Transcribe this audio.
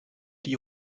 die